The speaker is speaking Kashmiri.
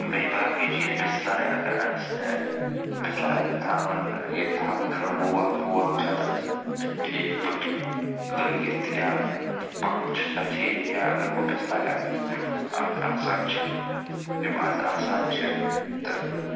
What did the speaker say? بیٚیہِ باقٕے چیٖز بِسلاے آگر آسہِ بِسلاے تھاوُن یہِ تھا وٕچھُن وول پول چھا تَتھ ٹھیٖک پٲٹھۍ لٲگِتھ یا پَن چھُسا ٹھیٖک یا اگر ہُہ بِسلاے آسہِ آز آسان چھِ یِم آز آسان چھِ تہٕ